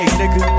nigga